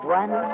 one